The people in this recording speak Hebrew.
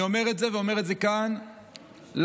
אני אומר את זה, ואומר את זה כאן לפרוטוקול: